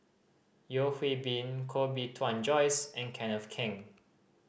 Yeo Hwee Bin Koh Bee Tuan Joyce and Kenneth Keng